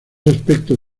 aspectos